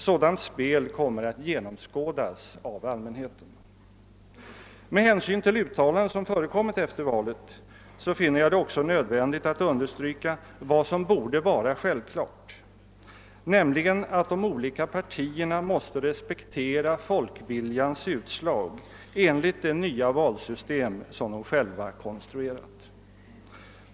Sådant spel kommer att genomskådas av allmänheten. Med hänsyn till de uttalanden som förekommit efter valet finner jag det också nödvändigt att understryka vad som borde vara självklart, nämligen att de olika partierna måste respektera folkviljans utslag enligt det nya valsystem som de själva har konstruerat.